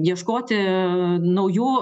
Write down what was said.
ieškoti naujų